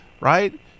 right